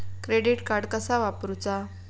Credit card कसा वापरूचा?